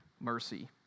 mercy